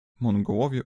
mongołowie